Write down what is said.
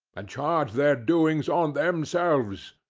and charge their doings on themselves,